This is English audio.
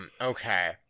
okay